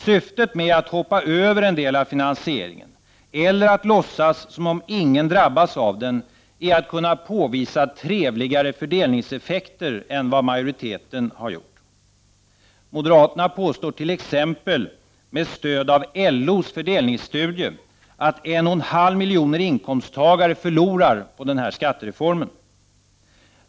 Syftet med att hoppa över en del av finansieringen eller att låtsas som om ingen drabbas av den är att kunna påvisa trevligare fördelningseffekter än vad majoriteten har gjort. Moderaterna påstår t.ex.med stöd av LO:s fördelningsstudie att 1,5 miljoner inkomsttagare förlorar på skattereformen.